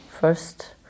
first